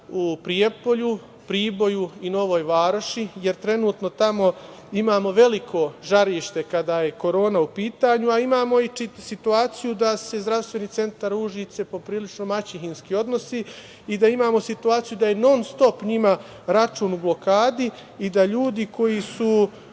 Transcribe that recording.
u Prijepolju, Priboju i Novoj Varoši, jer trenutno tamo imamo veliko žarište kada je korona u pitanju, a imamo i situaciju da se Zdravstveni centar Užice poprilično maćehinski odnosi i imamo situaciju da je non-stop njima račun u blokadi i da ljudi koji rade